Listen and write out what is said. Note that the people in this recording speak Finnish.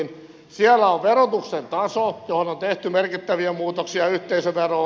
siellä on verotuksen taso johon on tehty merkittäviä muutoksia yhteisöveroon